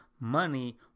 Money